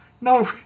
no